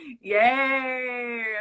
Yay